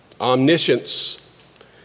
omniscience